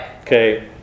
Okay